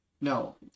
No